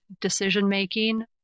decision-making